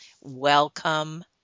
Welcome